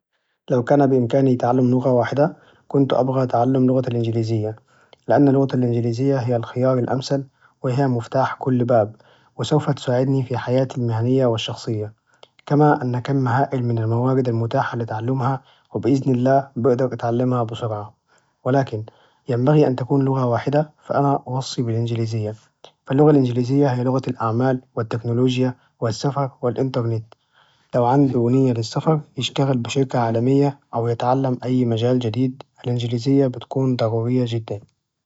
لو كان بإمكاني تعلم لغة واحدة، كنت أبغى تعلم اللغة الإنجليزية، لأن اللغة الإنجليزية هي الخيار الأمثل، وهي مفتاح كل باب، وسوف تساعدني في حياتي المهنية والشخصية، كما أن كم هائل من الموارد المتاحة لتعلمها، وبإذن الله بقدر تعلمها بسرعة، ولكن ينبغي أن تكون لغة واحدة فأنا أوصي بالإنجليزية، فاللغة الإنجليزية هي لغة الأعمال والتكنولوجيا والسفر والإنترنت، لو عنده نية للسفر يشتغل بشركة عالمية، الإنجليزية تكون ضرورية جدا.